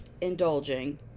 indulging